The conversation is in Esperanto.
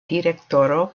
direktoro